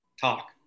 talk